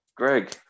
Greg